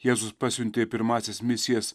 jėzus pasiuntė į pirmąsias misijas